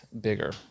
bigger